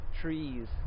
trees